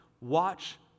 Watch